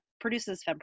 produces